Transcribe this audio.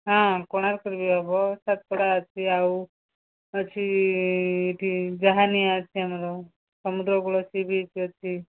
ହଁ କୋଣାର୍କରେ ବି ହେବ ସାତପଡ଼ା ଅଛି ଆଉ ଅଛି ଏଠି ଅଛି ଆମର ସମୁଦ୍ରକୂଳ ସି ବିଚ୍ ଅଛି